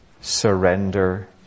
surrender